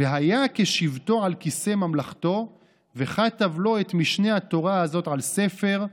"והיה כשבתו על כסא ממלכתו וכתב לו את משנה התורה הזאת על ספר,